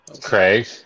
Craig